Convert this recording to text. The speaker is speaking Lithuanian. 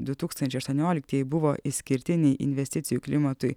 du tūktstančiai aštuonioliktieji buvo išskirtiniai investicijų klimatui